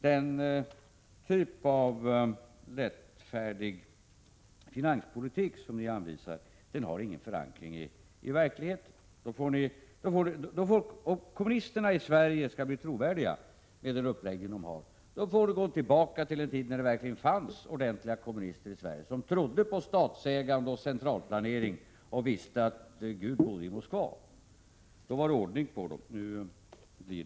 Den typ av lättfärdig finanspolitik som ni anvisar har ingen förankring i verkligheten. Om kommunisterna i Sverige skall bli trovärdiga, med den uppläggning ni har, får ni gå tillbaka till de förhållanden som rådde under den tid när det verkligen fanns ordentliga kommunister i Sverige som trodde på statsägande och centralplanering och visste att Gud bor i Moskva. Då var det ordning på kommunisterna.